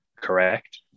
correct